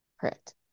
Correct